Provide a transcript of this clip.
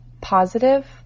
Positive